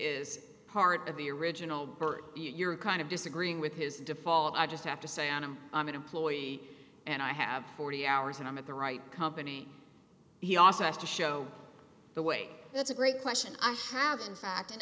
is part of the original birth you are kind of disagreeing with his default i just have to say on him i'm an employee and i have forty hours and i'm at the right company he also has to show the way that's a great question i haven't fact and